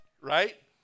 right